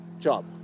job